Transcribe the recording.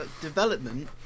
development